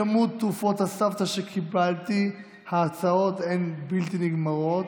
כמות תרופות הסבתא שקיבלתי ההצעות הן בלתי נגמרות,